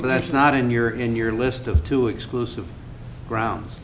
think that's not in your in your list of two exclusive grounds